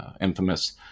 infamous